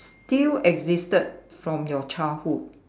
still existed from your childhood